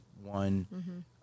one